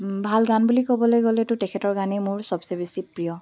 ভাল গান বুলি ক'বলে গ'লেতো তেখেতৰ গানেই মোৰ চবচে বেছি প্ৰিয়